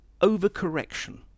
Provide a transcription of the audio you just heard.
overcorrection